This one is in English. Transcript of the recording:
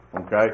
Okay